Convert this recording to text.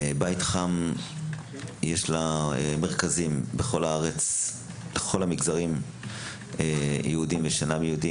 לבית חם יש מרכזים בכל הארץ ובכל המגזרים: יהודים ושאינם יהודים,